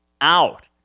Out